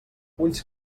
ulls